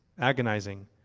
agonizing